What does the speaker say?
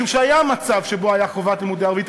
משום שהיה מצב שבו הייתה חובת לימודי ערבית,